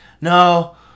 no